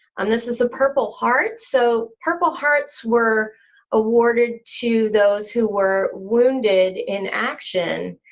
um this is a purple heart, so purple hearts were awarded to those who were wounded in action.